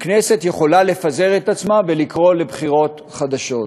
הכנסת יכולה לפזר את עצמה ולקרוא לבחירות חדשות.